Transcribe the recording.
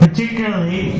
Particularly